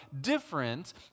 different